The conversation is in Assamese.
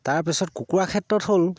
তাৰপিছত কুকুৰা ক্ষেত্ৰত হ'ল